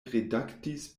redaktis